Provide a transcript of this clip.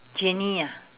genie ah